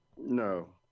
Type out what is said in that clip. no